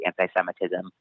anti-Semitism